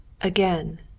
Again